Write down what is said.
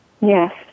Yes